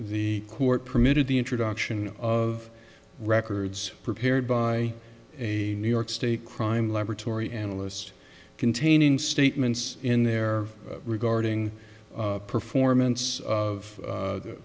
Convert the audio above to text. the court permitted the introduction of records prepared by a new york state crime laboratory analyst containing statements in there regarding performance of